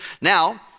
Now